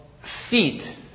feet